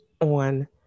on